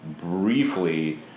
briefly